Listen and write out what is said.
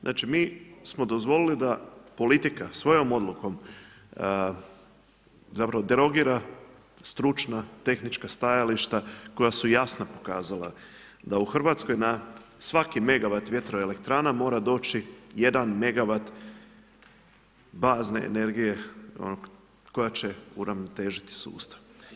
Znači mi smo dozvolili da politika, svojom odlukom, zapravo derogira stručna tehnička stajališta koja su jasno pokazala da u Hrvatskoj na svaki megawat vjetroelektrana mora doći jedan megawat bazne energije koja će uravnotežiti sustav.